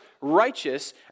righteous